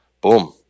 boom